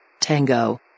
Tango